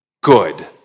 Good